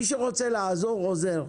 מי שרוצה לעזור עוזר,